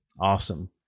Awesome